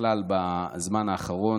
ובכלל בזמן האחרון,